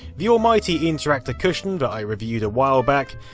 the almighty interactor cushiom that i reviewed a while back,